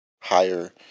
Higher